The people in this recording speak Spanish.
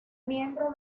miembro